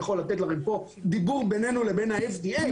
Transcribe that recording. אני יכול לתת לכם פה דיבור בינינו לבין ה-FBA.